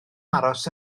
aros